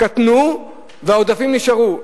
קטנו והעודפים נשארו.